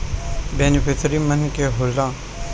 Beneficiary मने का होला?